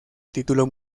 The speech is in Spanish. título